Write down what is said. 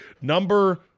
Number